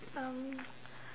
um